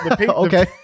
okay